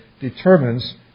determines